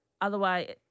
Otherwise